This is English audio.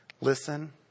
Listen